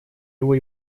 его